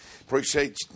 Appreciate